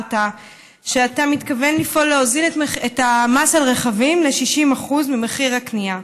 הצהרת שאתה מתכוון לפעול להוזיל את המס על הרכבים ל-60% ממחיר הקנייה.